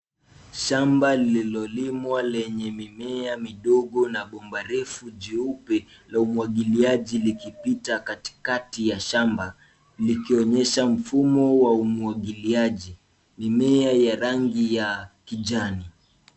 Shamba lililolimwa lenye mimea midogo na bomba refu jeupe, la umwagiliaji likipita katikati ya shamba, likionyesha mfumo wa umwagiliaji. Mimea ya rangi ya kijani.